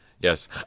Yes